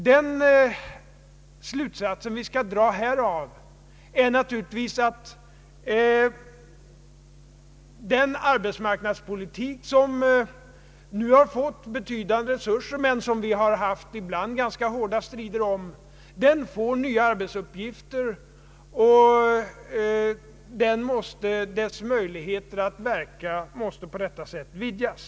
Den slutsats vi skall dra härav är naturligtvis att den arbetsmarknadspolitik, som nu har fått betydande resurser men som vi ibland haft ganska hårda strider om, får nya arbetsuppgifter, och dess möjligheter att verka måste på detta sätt vidgas.